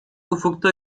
ufukta